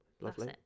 lovely